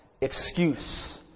excuse